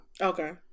Okay